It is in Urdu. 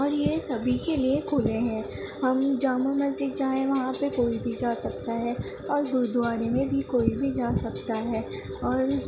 اور یہ سبھی کے لیے کھلے ہیں ہم جامع مسجد جائیں وہاں پہ کوئی بھی جا سکتا ہے اور گردوارے میں بھی کوئی بھی جا سکتا ہے اور